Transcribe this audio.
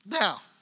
Now